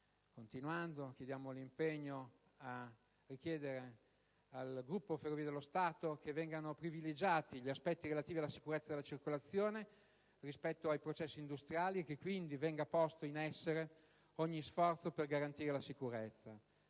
autostrade del mare; a richiedere al gruppo Ferrovie dello Stato che vengano privilegiati gli aspetti relativi alla sicurezza della circolazione rispetto ai processi industriali e che, quindi, venga posto in essere ogni sforzo per garantire la sicurezza;